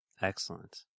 Excellent